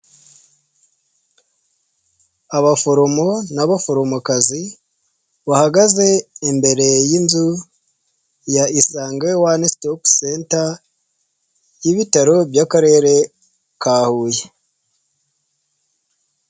Abaforomo n'abaforomokazi bahagaze imbere y'inzu ya isange one sitopu senta y'ibitaro by'akarere ka huye.